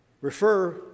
refer